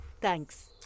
thanks